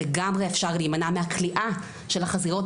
לגמרי אפשר להימנע מהכליאה של החזירות